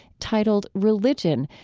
titled religion,